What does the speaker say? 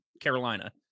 carolina